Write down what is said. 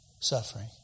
suffering